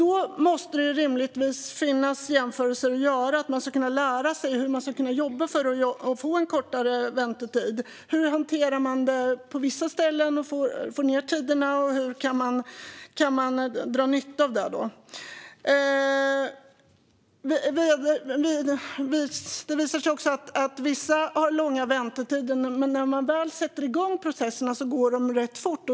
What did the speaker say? Då måste det rimligen finnas jämförelser att göra. Man borde kunna lära sig hur man kan jobba för att få en kortare väntetid. Hur hanterar man det på vissa ställen för att få ned tiderna? Hur kan man dra nytta av det? Det visade sig också att vissa har väldigt långa väntetider, men när de väl sätter igång processerna går det rätt fort.